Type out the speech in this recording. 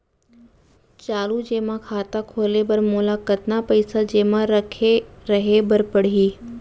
चालू जेमा खाता खोले बर मोला कतना पइसा जेमा रखे रहे बर पड़ही?